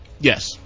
Yes